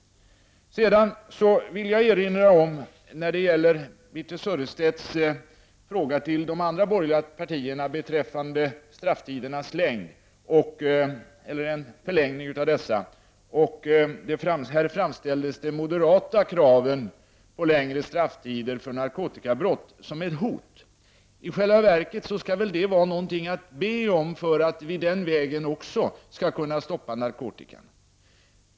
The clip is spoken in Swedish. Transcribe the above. Sedan vill jag erinra om Birthe Sörestedts fråga till de andra borgerliga partierna beträffande en förlängning av strafftiden. Här framställdes de moderata kraven på längre strafftider för narkotikabrott som ett hot. I själva verket skall väl det vara någonting att be om, för att vi också den vägen skall kunna stoppa narkotikan.